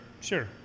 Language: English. sure